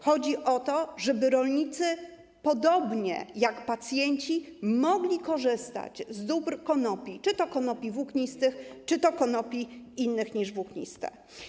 Chodzi o to, żeby rolnicy podobnie jak pacjenci mogli korzystać z dóbr konopi, czy to konopi włóknistych, czy to konopi innych niż włókniste.